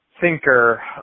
thinker